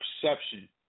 perception